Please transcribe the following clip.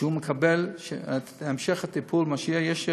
שהוא מקבל את המשך הטיפול, מה שיהיה.